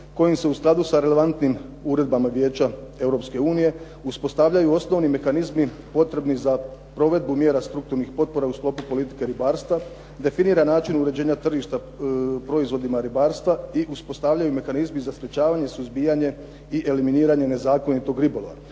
kojim se u skladu sa relevantnim uredbama Vijeća Europske unije uspostavljaju osnovni mehanizmi potrebni za provedbu mjera strukturnih potpora u sklopu potpore ribarstva, definira način uređenja tržišta proizvodima ribarstva i uspostavljaju mehanizmi za sprečavanje i suzbijanje i eliminiranje nezakonitog ribolova,